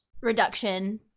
reduction